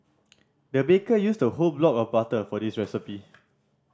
the baker used a whole block of butter for this recipe